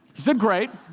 he said, great.